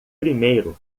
primeiro